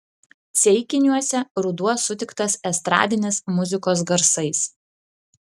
ceikiniuose ruduo sutiktas estradinės muzikos garsais